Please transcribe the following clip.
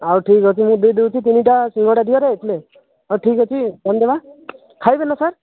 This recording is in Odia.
ଆଉ ଠିକ ଅଛି ମୁଁ ଦେଇ ଦେଉଛି ତିନିଟା ସିଙ୍ଗଡ଼ା ଦିଅରେ ପିଲେ ଆଉ ଠିକ ଅଛି କ'ଣ ଦେବା ଖାଇବେ ନା ସାର୍